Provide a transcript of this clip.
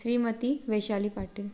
Shrimati Vaishali Patil